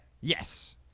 yes